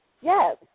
Yes